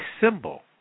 symbol